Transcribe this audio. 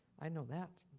i know that,